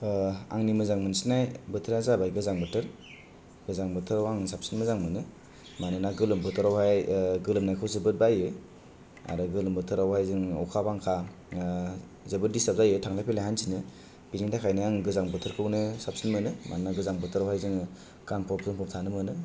आंनि मोजां मोनसिन्नाय बोथोरा जाबाय गोजां बोथोर गोजां बोथोराव आं साबसिन मोजां मोनो मानोना गोलोम बोथोरावहाय गोलोमनायखौ जोबोद बायो आरो गोलोम बोथोरावहाय जों अखा बांखा जोबोद दिस्टार्ब जायो थांलाय फैलाय हान्थिनो बेनि थाखायनो आं गोजां बोथोरखौनो साबसिन मोनो मानोना गोजां बोथोरावहाय जोङो गानफब जोम्फब थानो मोनो